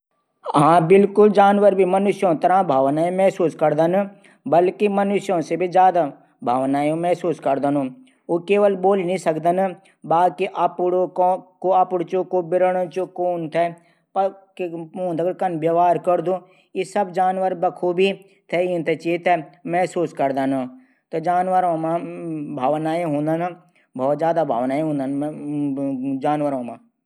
हाँ जानवर भी मनुष्यों तरआं भावनाएँ महसूस करदन। बल्कि मनुष्यों से भी ज्यादा। भावनाएं महसूस करदन। ऊ केवल बोली नी सकदन। बाकी उ अपडू चू कू विरणू चू सब समझदन। कू ऊदगड कन व्यवहार करदू। ई चीज थे महसूस करदन।